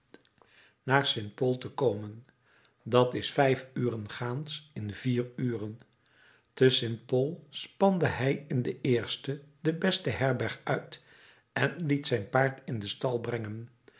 naar st pol te komen dat is vijf uren gaans in vier uren te st pol spande hij in de eerste de beste herberg uit en liet zijn paard in den stal brengen